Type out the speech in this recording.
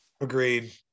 Agreed